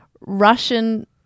Russian